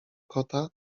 kota